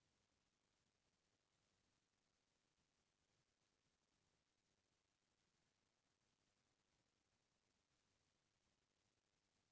कोनो भी धंधा के सुरूवात होवय के कोनो कंपनी खोले बर होवय हाथ म पइसा होही तभे जाके बरोबर काम ह बनही